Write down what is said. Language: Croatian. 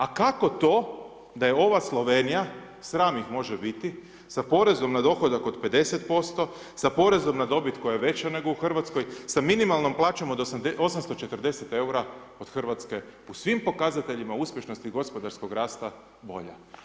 A kako to da je ova Slovenija, sram ih može biti sa porezom na dohodak od 50%, sa porezom na dobit koja je veća nego u Hrvatskoj, sa minimalnom plaćom od 840 eura od Hrvatske, u svim pokazateljima uspješnosti i gospodarski rasta, bolja.